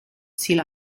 ziel